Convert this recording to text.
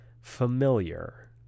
familiar